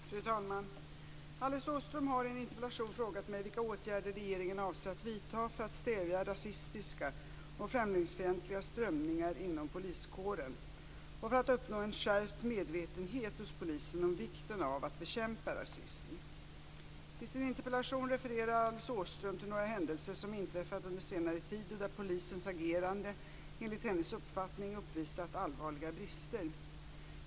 Fru talman! Alice Åström har i en interpellation frågat mig vilka åtgärder regeringen avser att vidta för att stävja rasistiska och främlingsfientliga strömningar inom poliskåren och för att uppnå en skärpt medvetenhet hos polisen om vikten av att bekämpa rasism. I sin interpellation refererar Alice Åström till några händelser som inträffat under senare tid och där polisens agerande - enligt hennes uppfattning - uppvisat allvarliga brister.